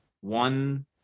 one